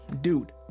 Dude